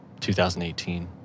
2018